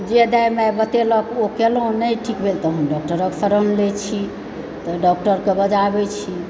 जे दाय माय बतेलक ओ केलहुँ नहि ठीक भेल तऽ हम डॉक्टरके शरण लै छी तऽ डॉक्टरके बजाबै छी